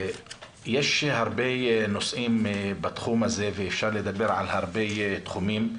יש הרבה נושאים בתחום הזה ואפשר לדבר על הרבה תחומים,